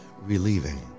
relieving